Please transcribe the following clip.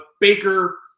Baker